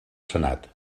senat